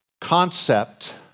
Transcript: concept